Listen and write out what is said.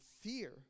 fear